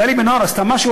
גלי בן-אור עשתה משהו,